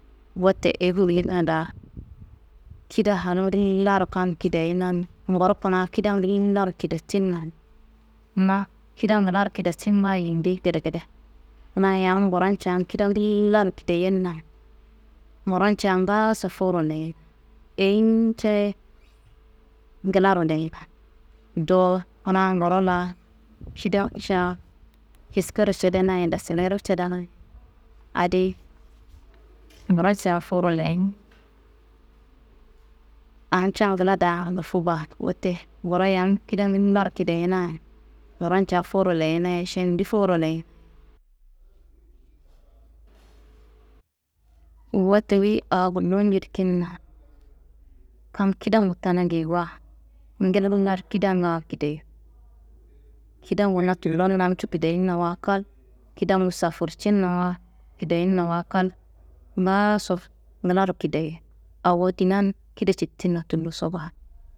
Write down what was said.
Wote eyi gullimia daa, kida hal ngillaro kam kidayinan nguro kuna kida ngillaro kidetinna, na kida ngilaro kidatin baa yindi gedegede. Kuna yam nguroncan kida ngillaro kideyenna, nguronca ngaaso fuwuro leyin eyiyincaye ngilaro leyina. Dowo kuna nguro laa kidanca kiskero cedenaye dasilero cedena adiyi nguronca fuwuro leyi ni, anca ngla daa ngufu baa. Wote nguro yam kida ngillaro kideyena nguronca fuwuro leyena ye, šendi fuwuro leyin. Wote wuyi awo gullu njedikinna kam kidangu tena geyiwa ngillaro kidanga kideyu, kidangu na tullo namcu kidayinnawa kal, kidangu safurcinnawa kidayinnawa kal ngaaso ngilaro kideyu awo dinan kida citinna tulloso baa.